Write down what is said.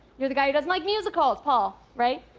you're the guy who doesn't like musicals, paul, right?